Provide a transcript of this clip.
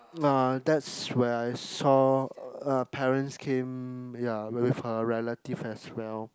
uh that's when I saw her parents came ya with her relatives as well